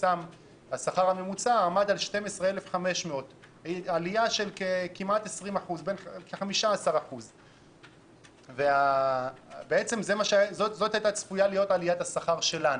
השכר הממוצע עמד על 12,500. זאת הייתה צפויה להיות העלייה בשכר שלנו.